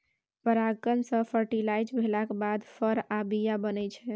परागण सँ फर्टिलाइज भेलाक बाद फर आ बीया बनै छै